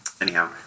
Anyhow